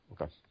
okay